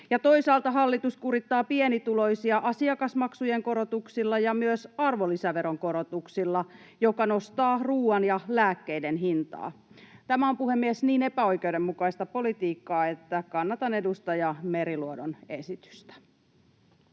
toisaalta hallitus kurittaa pienituloisia asiakasmaksujen korotuksilla ja myös arvonlisäveron korotuksilla, mikä nostaa ruoan ja lääkkeiden hintaa. Tämä on, puhemies, niin epäoikeudenmukaista politiikkaa, että kannatan edustaja Meriluodon esitystä.